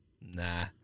Nah